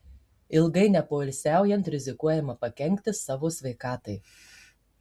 ilgai nepoilsiaujant rizikuojama pakenkti savo sveikatai